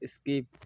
skip